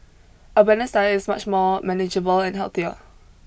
a balanced diet is much more manageable and healthier